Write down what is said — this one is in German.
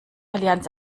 allianz